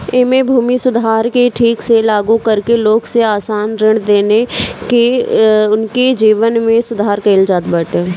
एमे भूमि सुधार के ठीक से लागू करके लोग के आसान ऋण देके उनके जीवन में सुधार कईल जात बाटे